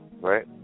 right